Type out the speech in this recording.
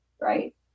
right